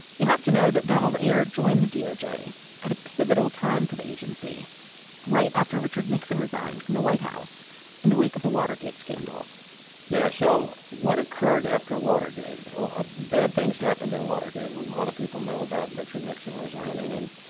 you have to know that donald aird joined the doj at a pivotal time for the agency right after richard nixon resigned from the white house in the wake of the watergate scandal yeah. so what occurred after watergate? ah bad things happened in watergate. and a lot of people know about richard nixon resigning and